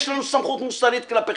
יש לנו סמכות מוסרית כלפיכם,